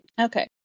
Okay